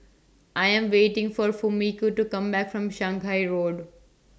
I Am waiting For Fumiko to Come Back from Shanghai Road